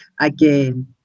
again